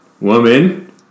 Woman